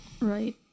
right